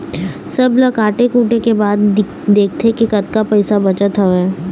सब ल काटे कुटे के बाद देखथे के कतका पइसा बचत हवय